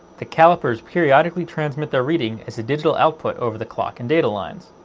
the calipers periodically transmit their reading as a digital output over the clock and data lines.